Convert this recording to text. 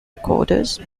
recorders